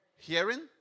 Hearing